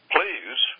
Please